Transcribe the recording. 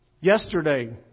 Yesterday